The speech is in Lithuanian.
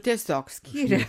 tiesiog skyrė